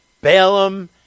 Balaam